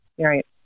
Right